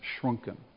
shrunken